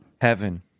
heaven